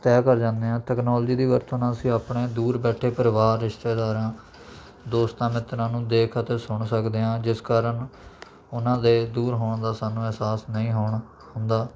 ਤੈਅ ਕਰ ਜਾਂਦੇ ਹਾਂ ਤਕਨਾਲੋਜੀ ਦੀ ਵਰਤੋਂ ਨਾਲ ਅਸੀਂ ਆਪਣੇ ਦੂਰ ਬੈਠੇ ਪਰਿਵਾਰ ਰਿਸ਼ਤੇਦਾਰਾਂ ਦੋਸਤਾਂ ਮਿੱਤਰਾਂ ਨੂੰ ਦੇਖ ਅਤੇ ਸੁਣ ਸਕਦੇ ਹਾਂ ਜਿਸ ਕਾਰਨ ਉਹਨਾਂ ਦੇ ਦੂਰ ਹੋਣ ਦਾ ਸਾਨੂੰ ਅਹਿਸਾਸ ਇਹ ਨਹੀਂ ਹੋਣ ਹੁੰਦਾ